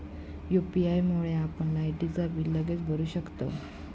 UPI मुळे आपण लायटीचा बिल लगेचच भरू शकतंव